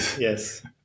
Yes